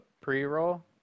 pre-roll